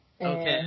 okay